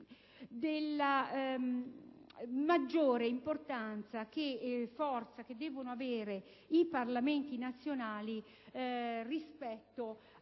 della maggiore importanza e forza che devono avere i Parlamenti nazionali rispetto